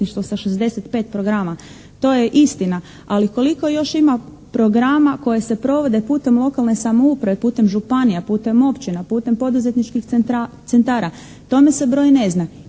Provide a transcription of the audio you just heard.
sa 65 programa. To je istina. Ali koliko još ima programa koji se provode putem lokalne samouprave, putem županija, putem općina, putem poduzetničkih centara. Tome se broj ne zna,